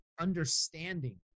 understanding